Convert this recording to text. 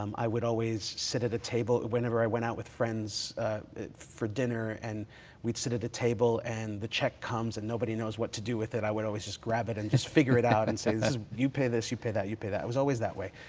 um i would always sit at a table whenever i went out with friends for dinner and we'd sit at a table, and the check comes and nobody knows what to do with it, i would always just grab it and just figure it out and say, you pay this, you pay that, you pay that. it was always that way.